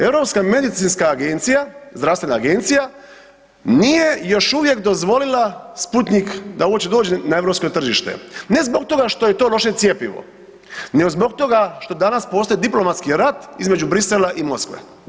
Europska medicinska agencija, zdravstvena agencija nije još uvijek dozvolila Sputnjik da uopće dođe na europsko tržište ne zbog toga što je to loše cjepivo nego zbog toga što danas postoji diplomatski rad između Bruxellesa i Moskve.